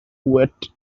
wet